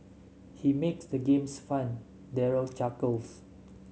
he makes the games fun Daryl chuckles